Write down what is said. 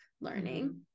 learning